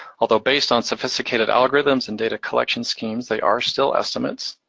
although based on sophisticated algorithms and data collection schemes, they are still estimates.